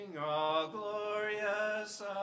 all-glorious